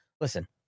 Listen